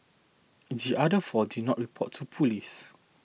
the other four did not report to police